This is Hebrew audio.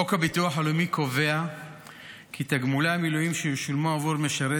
חוק הביטוח הלאומי קובע כי תגמולי המילואים שישולמו עבור משרת